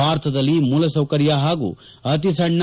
ಭಾರತದಲ್ಲಿ ಮೂಲಸೌಕರ್ಯ ಹಾಗೂ ಅತಿ ಸಣ್ಣ